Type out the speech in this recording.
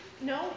No